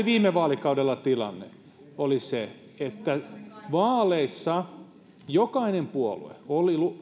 viime vaalikaudella tilanne oli se että vaaleissa jokainen puolue oli